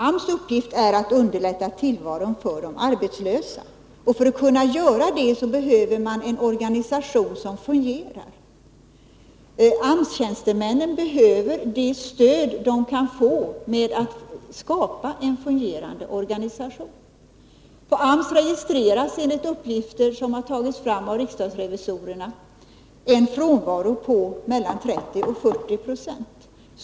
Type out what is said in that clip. AMS uppgift är att underlätta tillvaron för de arbetslösa. För att kunna göra det behöver man en organisation som fungerar. AMS tjänstemännen behöver det stöd de kan få att skapa en fungerande organisation. På AMS registreras, enligt uppgifter som har tagits fram av riksdagsrevisorerna, en frånvaro på mellan 30 och 40 90.